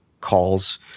calls